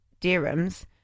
dirhams